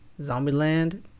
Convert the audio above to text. Zombieland